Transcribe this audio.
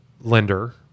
lender